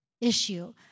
issue